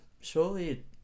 surely